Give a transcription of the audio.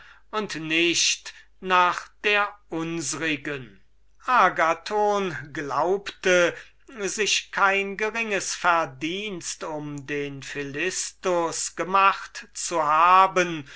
und nicht nach der unsrigen agathon glaubte sich kein geringes verdienst um den philistus gemacht zu haben